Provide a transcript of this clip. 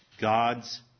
God's